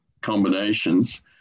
combinations